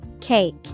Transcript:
Cake